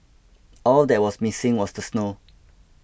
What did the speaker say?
all that was missing was the snow